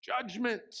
judgment